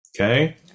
okay